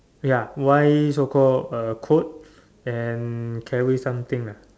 ya white so called clothes and carry something ah